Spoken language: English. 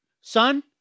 Son